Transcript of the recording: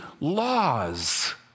laws